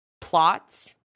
plots